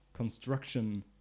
construction